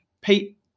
Pete